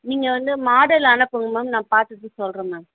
நீங்கள் வந்து மாடல் அனுப்புங்க மேம் நான் வந்து பார்த்துட்டு சொல்கிறேன் மேம்